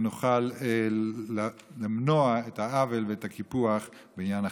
ונוכל למנוע את העוול ואת הקיפוח בעניין החינוך.